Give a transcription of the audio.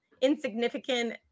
insignificant